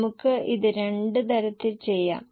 നമുക്ക് ഇത് രണ്ട് തരത്തിൽ ചെയ്യാം